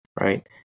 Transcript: right